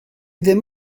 ddim